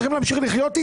צריכים להמשיך לחיות איתה?